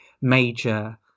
major